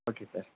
okay sir